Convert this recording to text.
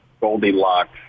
Goldilocks